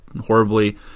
horribly